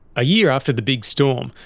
a year after the big storm,